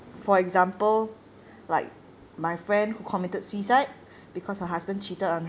for example like my friend who committed suicide because her husband cheated on